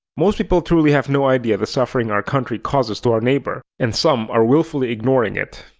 most people truly have no idea the suffering our country causes to our neighbor, and some are willfully ignoring it.